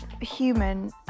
human